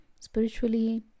Spiritually